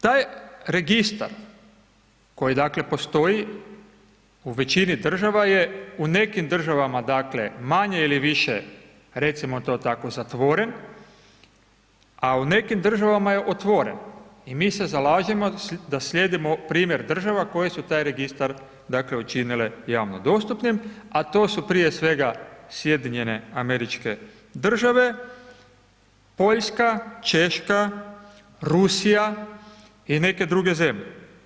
Taj registar koji dakle postoji u većini država je, u nekim državama dakle manje ili više recimo to tako zatvoren a u nekim državama je otvoren i mi se zalažemo da slijedimo primjer država koje su taj registar dakle učinile javno dostupnim a to su prije svega SAD, Poljska, Češka, Rusija i neke druge zemlje.